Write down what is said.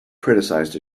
criticized